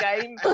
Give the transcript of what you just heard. game